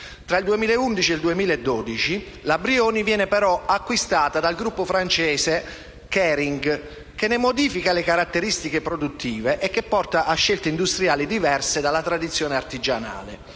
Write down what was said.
Tra il 2011 e il 2012 la Brioni viene acquisita dal gruppo francese Kering che ne modifica le caratteristiche produttive che portano a scelte industriali diverse dalla sua tradizione artigianale.